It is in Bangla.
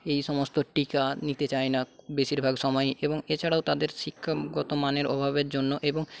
এইসমস্ত টীকা নিতে চাই না বেশীরভাগ সময়ই এবং এছাড়াও তাদের শিক্ষাগত মানের অভাবের জন্য এবং